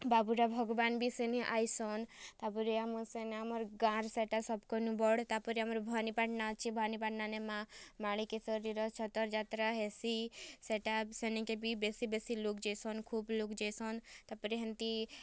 ବାବୁଡ଼ା ଭଗବାନ୍ ବି ସେନେ ଆଇସନ୍ ତା'ର୍ପରେ ଆମର୍ ସେନେ ଆମର୍ ଗାଁ'ର୍ ସେଟା ସବ୍କର୍ନୁ ବଡ଼୍ ତା'ର୍ପରେ ଆମର୍ ଭବାନୀପାଟ୍ଣା ଅଛେ ଭବାନୀପାଟ୍ଣାରେ ମାଁ ମାଣିକେଶ୍ଵରୀର ଛତର୍ ଯାତ୍ରା ହେସି ସେଟା ସେନ୍କେ ବି ବେଶୀ ବେଶୀ ଲୋକ୍ ଯାଏସନ୍ ଖୋବ୍ ଲୋକ୍ ଯାଏସନ୍ ତା'ର୍ପରେ ହେନ୍ତି